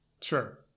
Sure